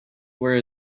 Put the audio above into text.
were